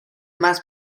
más